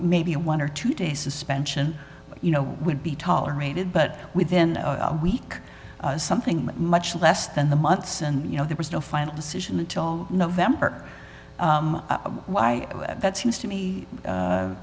maybe one or two day suspension you know would be tolerated but within a week something much less than the months and you know there was no final decision until november why that seems